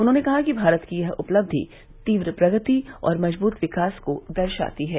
उन्होंने कहा कि भारत की यह उपलक्षि तीव्र प्रगति और मजबूत विकास को दर्शाती है